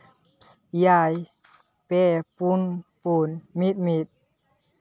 ᱮᱭᱟᱭ ᱯᱮ ᱯᱩᱱ ᱯᱩᱱ ᱢᱤᱫ ᱢᱤᱫ